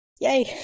Yay